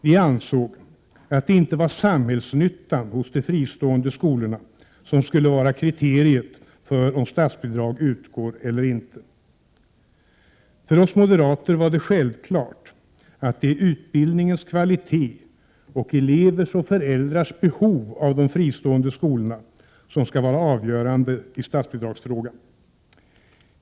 Vi ansåg att det inte var samhällsnyttan hos de fristående skolorna som skulle vara kriteriet för om statsbidrag utgår eller inte. För oss moderater var det självklart att det är utbildningens kvalitet och elevers och föräldrars behov av de fristående skolorna som skall vara avgörande i statsbidragsfrågan.